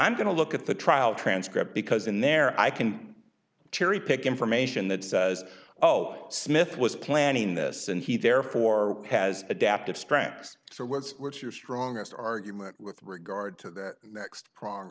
i'm going to look at the trial transcript because in there i can cherry pick information that says oh smith was planning this and he therefore has adaptive strengths for words which your strongest argument with regard to the next pr